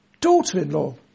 daughter-in-law